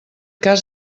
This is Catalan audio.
cas